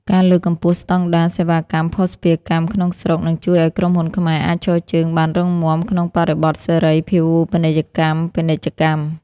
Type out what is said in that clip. ការលើកកម្ពស់ស្ដង់ដារសេវាកម្មភស្តុភារកម្មក្នុងស្រុក នឹងជួយឱ្យក្រុមហ៊ុនខ្មែរអាចឈរជើងបានរឹងមាំក្នុងបរិបទសេរីភាវូបនីយកម្មពាណិជ្ជកម្ម។